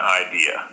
idea